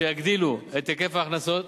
שיגדילו את היקף ההכנסות